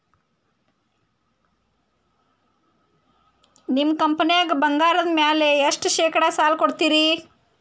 ನಿಮ್ಮ ಕಂಪನ್ಯಾಗ ಬಂಗಾರದ ಮ್ಯಾಲೆ ಎಷ್ಟ ಶೇಕಡಾ ಸಾಲ ಕೊಡ್ತಿರಿ?